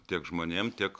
tiek žmonėm tiek